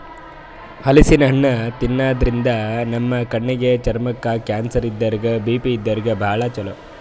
ಹಲಸಿನ್ ಹಣ್ಣ್ ತಿನ್ನಾದ್ರಿನ್ದ ನಮ್ ಕಣ್ಣಿಗ್, ಚರ್ಮಕ್ಕ್, ಕ್ಯಾನ್ಸರ್ ಇದ್ದೋರಿಗ್ ಬಿ.ಪಿ ಇದ್ದೋರಿಗ್ ಭಾಳ್ ಛಲೋ